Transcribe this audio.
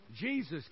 Jesus